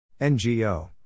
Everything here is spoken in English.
NGO